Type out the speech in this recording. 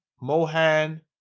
Mohan